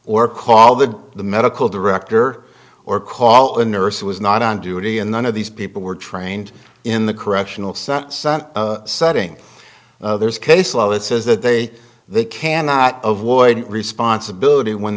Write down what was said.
or call the the medical director or call a nurse who was not on duty and none of these people were trained in the correctional such sun setting there's case law that says that they they cannot avoid responsibility when